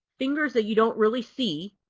fingers that you don't really see.